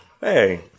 hey